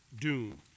doom